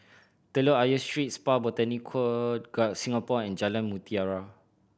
Telok Ayer Street Spa Botanica Singapore and Jalan Mutiara